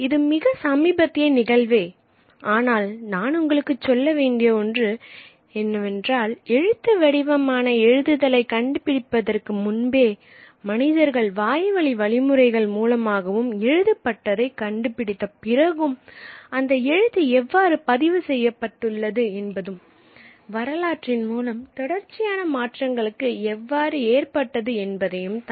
இது மிக சமீபத்திய நிகழ்வே ஆனால் நான் உங்களுக்குச் சொல்ல வேண்டிய ஒன்று என்னவென்றால் எழுத்து வடிவமான எழுதுதலை கண்டுபிடிப்பதற்கு முன்பே மனிதர்கள் வாய்வழி வழிமுறைகள் மூலமாகவும் எழுதப்பட்டதை கண்டு பிடித்த பிறகும் அந்த எழுத்து எவ்வாறு பதிவு செய்யப்பட்டுள்ளது என்பதும் வரலாற்றின் மூலம் தொடர்ச்சியான மாற்றங்களுக்கு எவ்வாறு ஏற்பட்டது என்பதையும் தான்